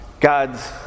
God's